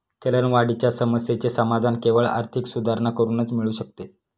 चलनवाढीच्या समस्येचे समाधान केवळ आर्थिक सुधारणा करूनच मिळू शकते